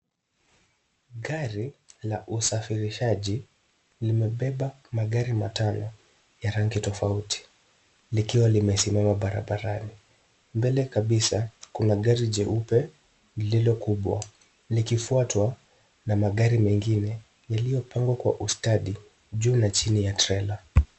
Gari la usafirishaji limebeba magari matano ya rangi tofauti, likiwa limesimama barabarani. Mbele kabisa kuna gari jeupe lililo kubwa likifuatwa na magari mengine yaliyopangwa kwa ustadi, juu na chini ya trela.